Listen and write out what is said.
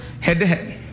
head-to-head